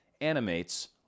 animates